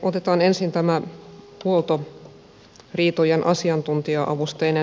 otetaan ensin tämä huoltoriitojen asiantuntija avusteinen sovittelu